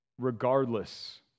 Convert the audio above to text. regardless